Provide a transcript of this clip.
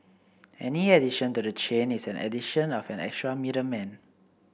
any addition to the chain is an addition of an extra middleman